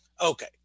Okay